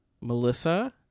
Melissa